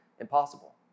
impossible